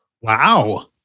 Wow